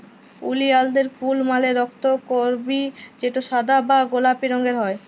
ওলিয়ালদের ফুল মালে রক্তকরবী যেটা সাদা বা গোলাপি রঙের হ্যয়